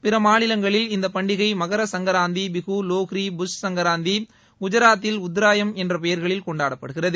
பிற மாநிலங்களில் இந்த பண்டிகை மகரசங்கராந்தி பிஹூ லோஹ்ரி புஷ் சங்கராந்தி குஜராத்தில் உத்ராயன் என்ற பெயர்களில் கொண்டாடப்படுகிறது